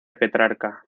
petrarca